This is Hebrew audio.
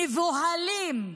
מבוהלים,